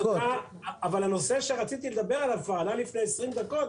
אבל הנושא שרציתי לדבר עליו כבר עלה לפני 20 דקות,